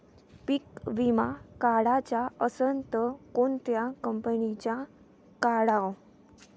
पीक विमा काढाचा असन त कोनत्या कंपनीचा काढाव?